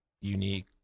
unique